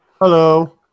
Hello